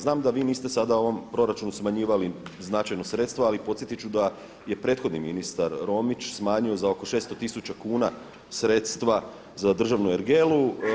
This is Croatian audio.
Znam da vi niste sada u ovom proračunu smanjivali značajno sredstava, ali podsjetit ću da je prethodni ministar Romić smanjio za oko 600 tisuća kuna sredstva za državnu ergelu.